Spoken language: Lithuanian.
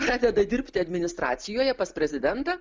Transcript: pradeda dirbti administracijoje pas prezidentą